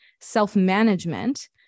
self-management